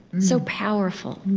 so powerful,